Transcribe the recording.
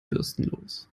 bürstenlos